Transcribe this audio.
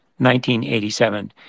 1987